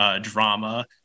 drama